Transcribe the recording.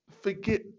forget